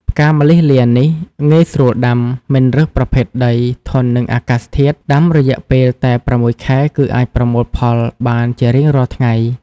ផ្កាម្លិះលានេះ ងាយ ស្រួលដាំ មិនរើសប្រភេទដី ធន់នឹងអាកាសធាតុ ដាំរយៈពេលតែ៦ខែ គឺអាចប្រមូលផលបានជារៀងរាល់ថ្ងៃ ។